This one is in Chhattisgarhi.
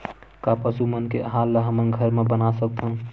का पशु मन के आहार ला हमन घर मा बना सकथन?